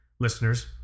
Listeners